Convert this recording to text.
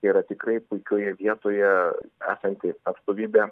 yra tikrai puikioje vietoje esanti atstovybė